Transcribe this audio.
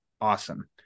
awesome